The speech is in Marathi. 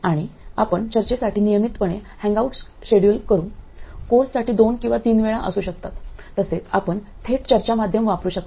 आणि आपण चर्चेसाठी नियमितपणे हँगआऊट शेड्यूल करू कोर्ससाठी दोन किंवा तीन वेळा असू शकतात तसेच आपण थेट चर्चा माध्यम वापरू शकता